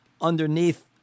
underneath